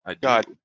God